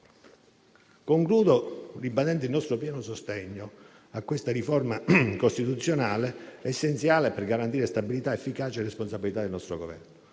Concludo ribadendo il nostro pieno sostegno a questa riforma costituzionale, essenziale per garantire stabilità, efficacia e responsabilità del nostro Governo.